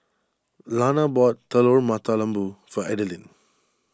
Lana bought Telur Mata Lembu for Adalyn